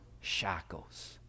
shackles